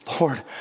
Lord